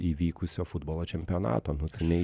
įvykusio futbolo čempionato nu tenai